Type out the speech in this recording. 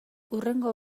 hurrengo